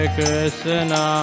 Krishna